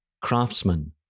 craftsman